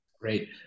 Great